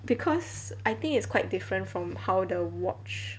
because I think it's quite different from how the watch